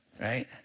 right